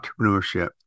entrepreneurship